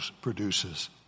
produces